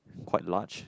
quite large